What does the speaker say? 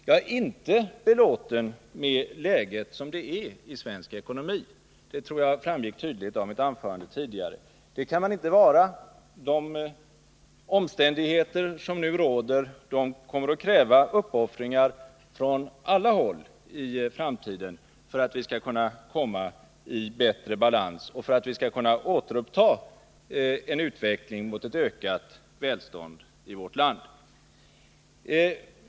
Jag är inte belåten med läget som det är i svensk ekonomi, det tror jag framgick tydligt av mitt tidigare anförande. Det kan man inte vara. De omständigheter som nu råder kommer att kräva uppoffringar från alla håll i framtiden för att vi skall kunna komma i bättre balans och för att vi skall kunna återuppta en utveckling mot ett ökat välstånd i vårt land.